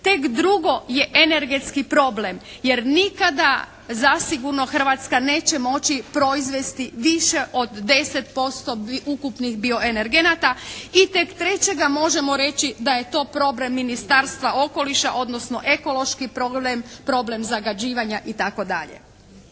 Tek drugo je energetski problem jer nikada zasigurno Hrvatska neće moći proizvesti više od 10% ukupnih bioenergenata i tek 3. možemo reći da je to problem Ministarstva okoliša odnosno ekološki problem zagađivanja itd.